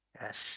Yes